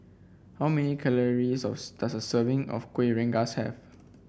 how many calories of does a serving of Kuih Rengas have